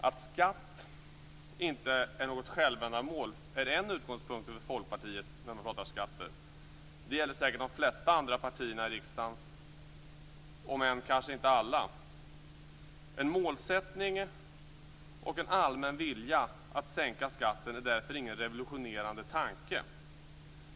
Att skatt inte är något självändamål är en utgångspunkt för Folkpartiet. Det gäller säkert de flesta andra partier i riksdagen, om än kanske inte alla. En målsättning och en allmän vilja att sänka skatten är därför ingen revolutionerande tanke.